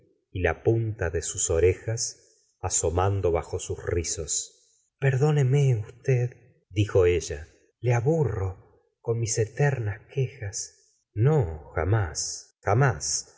y la punta de sus orejas asomando bajo sus rizos perdóneme usted dijo ella le aburro con mis eternas quejas no